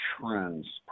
trends